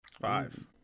Five